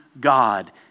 God